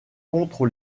contre